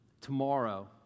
Tomorrow